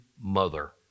mother